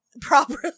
properly